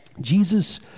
Jesus